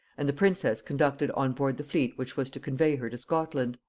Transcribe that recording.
and the princess conducted on board the fleet which was to convey her to scotland.